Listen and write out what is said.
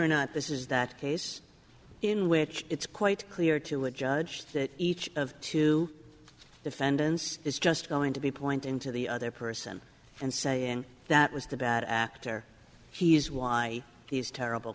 or not this is that case in which it's quite clear to a judge that each of two defendants is just going to be pointing to the other person and saying that was the bad actor he is why these terrible